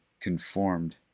conformed